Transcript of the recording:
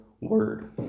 word